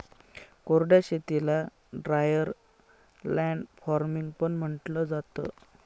कोरड्या शेतीला dryer land farming पण म्हंटलं जातं